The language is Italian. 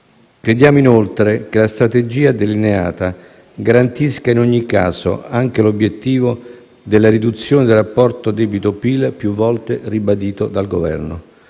Crediamo, inoltre, che la strategia delineata garantisca in ogni caso anche l'obiettivo della riduzione del rapporto debito-PIL, più volte ribadito dal Governo.